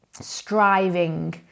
striving